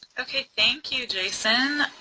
okay, thank you jason.